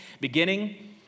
Beginning